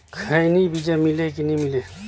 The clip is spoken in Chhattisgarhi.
खैनी बिजा मिले कि नी मिले?